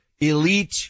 elite